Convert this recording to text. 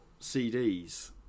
CDs